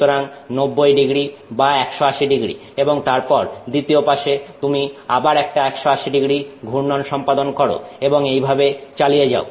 সুতরাং 90º বা 180º এবং তারপর দ্বিতীয় পাসে তুমি আবার একটা 180º ঘূর্ণন সম্পাদন করো এবং এইভাবে চালিয়ে যাও